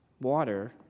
Water